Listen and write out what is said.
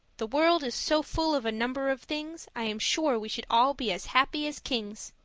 the world is so full of a number of things, i am sure we should all be as happy as kings.